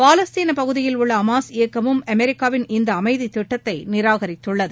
பாலஸ்தீன பகுதியில் உள்ள அமாஸ் இயக்கமும் அமெரிக்காவின் இந்த அமைதி திட்டத்தை நிராகரித்துள்ளது